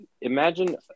Imagine